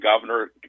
governor